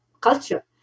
culture